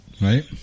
Right